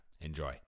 Enjoy